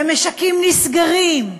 ומשקים נסגרים,